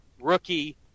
rookie